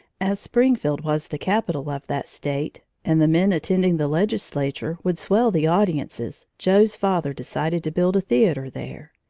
as springfield was the capital of that state, and the men attending the legislature would swell the audiences, joe's father decided to build a theater there.